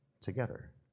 together